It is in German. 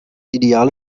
ideale